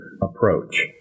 approach